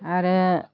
आरो